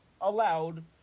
allowed